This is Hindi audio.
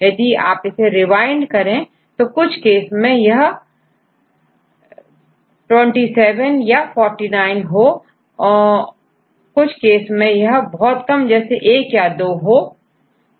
यदि आप इसे रिवाइंड करें तो कुछ केस में यदि यह27 या49 हो कुछ केस में यह बहुत कम जैसे1 या2 हो